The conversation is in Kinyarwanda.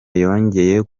yongeye